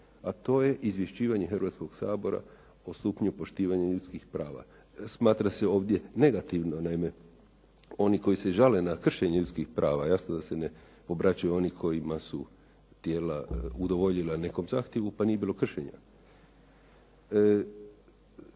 a to je izvješćivanje Hrvatskog sabora o stupnju poštivanja ljudskih prava. Smatra se ovdje negativno naime, oni koji se žale na kršenje ljudskih prava, jasno da se ne obraćaju oni kojima su tijela udovoljila nekom zahtjevu pa nije bilo kršenja.